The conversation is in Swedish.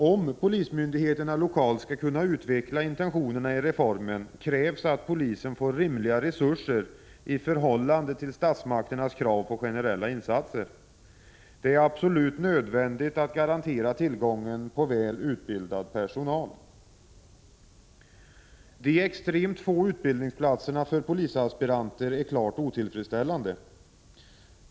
Om polismyndigheterna lokalt skall kunna utveckla intentionerna i reformen, fordras att polisen får rimliga resurser i förhållande till statsmaktens krav på generella insatser. Det är absolut nödvändigt att man garanterar tillgången på väl utbildad personal. Att det finns extremt få utbildningsplatser för polisaspiranter är klart otillfredsställande.